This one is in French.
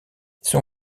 son